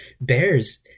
Bears